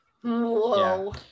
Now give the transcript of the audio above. whoa